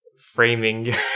framing